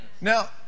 Now